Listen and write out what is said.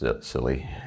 silly